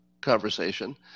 conversation